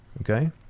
Okay